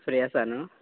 free आसा न्हय